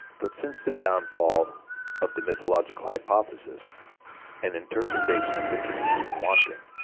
but since the downfall of the mythological hypothesis an interpretation of the dream has been wanting.